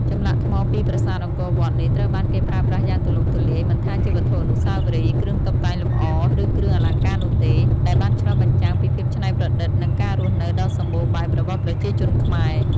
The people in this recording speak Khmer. ចម្លាក់ថ្មពីប្រាសាទអង្គរវត្តនេះ ត្រូវបានគេប្រើប្រាស់យ៉ាងទូលំទូលាយ មិនថាជាវត្ថុអនុស្សាវរីយ៍ គ្រឿងតុបតែងលម្អ ឬគ្រឿងអលង្ការនោះទេ ដែលបានឆ្លុះបញ្ចាំងពីភាពច្នៃប្រឌិត និងការរស់នៅដ៏សម្បូរបែបរបស់ប្រជាជនខ្មែរ។